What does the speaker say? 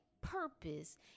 purpose